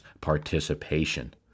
participation